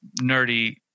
nerdy